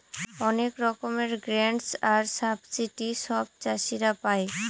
অনেক রকমের গ্রান্টস আর সাবসিডি সব চাষীরা পাই